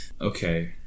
Okay